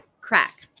Crack